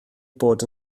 bod